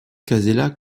casella